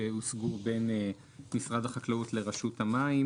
שהושגו בין משרד החקלאות לרשות המים.